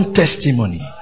testimony